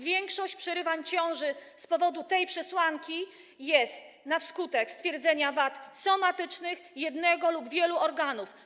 Większość przerywań ciąży z powodu tej przesłanki jest na skutek stwierdzenia wad somatycznych jednego organu lub większej liczby organów.